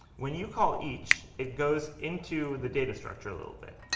when you call each, it goes into the data structure a little bit.